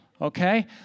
Okay